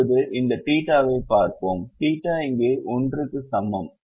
இப்போது இந்த தீட்டாவைப் பார்ப்போம் தீட்டா இங்கே 1 க்கு சமம்